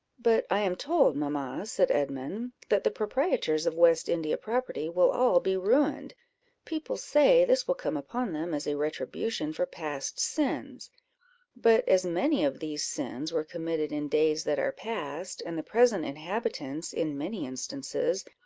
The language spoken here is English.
but i am told, mamma, said edmund, that the proprietors of west india property will all be ruined people say, this will come upon them as a retribution for past sins but as many of these sins were committed in days that are past, and the present inhabitants, in many instances,